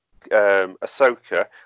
Ahsoka